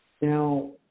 Now